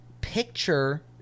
picture